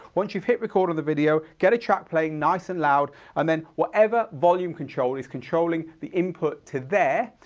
once you've hit record on the video, get a track playing nice and loud, and then whatever volume control is controlling the input to there,